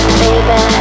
baby